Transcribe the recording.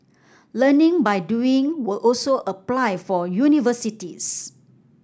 learning by doing will also apply for universities